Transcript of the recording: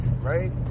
right